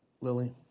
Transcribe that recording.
Lily